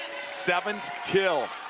seventh kill